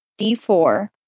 D4